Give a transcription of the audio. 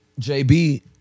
JB